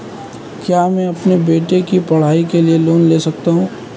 क्या मैं अपने बेटे की पढ़ाई के लिए लोंन ले सकता हूं?